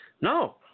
No